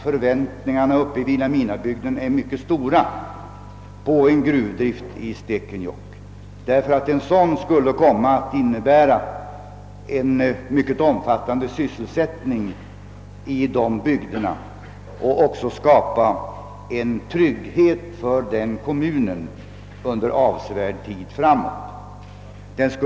Förväntningarna uppe i vilhelminabygden är mycket stora när det gäller denna gruvdrift i Stekenjokk. En sådan skulle komma att innebära en omfattande sysselsättning i de bygderna och skapa trygghet för kommunen under avsevärd tid framåt.